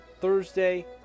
Thursday